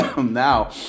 now